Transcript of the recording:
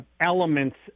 elements